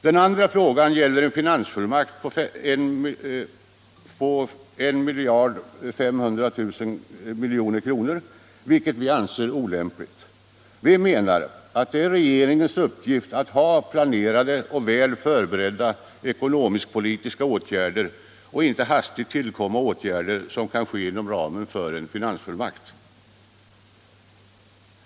Den andra frågan gäller utställandet av en finansfullmakt på 1 500 milj.kr., vilket vi anser olämpligt. Vi menar att det är regeringens uppgift att ha planerade och väl förberedda ekonomisk-politiska åtgärder och inte hastigt tillkomna åtgärder, som kan vidtas inom ramen för en finansfullmakt.